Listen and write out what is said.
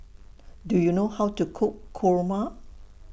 Do YOU know How to Cook Kurma